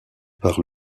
par